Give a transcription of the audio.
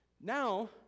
Now